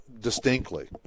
distinctly